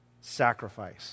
sacrifice